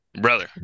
brother